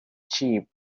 cheap